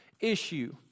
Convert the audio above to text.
issue